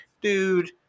Dude